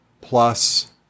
plus